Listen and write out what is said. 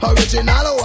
Original